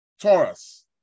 Taurus